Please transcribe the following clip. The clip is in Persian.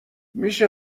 میشه